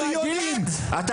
בריונים -- זה החומה הבצורה שלכם,